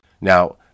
Now